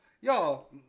y'all